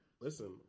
listen